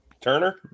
Turner